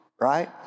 right